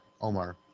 Omar